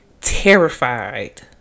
terrified